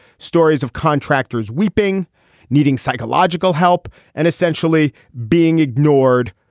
stories of contractors weeping needing psychological help and essentially being ignored.